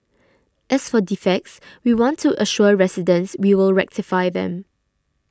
as for defects we want to assure residents we will rectify them